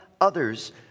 others